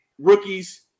rookies